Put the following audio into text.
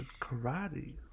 Karate